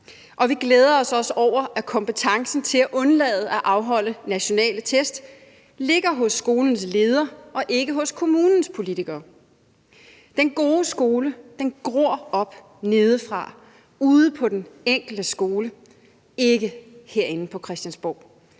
og vi glæder os også over, at kompetencen til at undlade at afholde nationale test ligger hos skolens leder og ikke hos kommunens politikere. Den gode skole gror op nedefra ude på den enkelte skole og ikke herinde på Christiansborg.